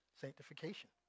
sanctification